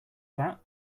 that